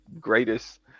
greatest